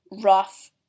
rough